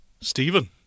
Stephen